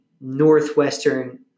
Northwestern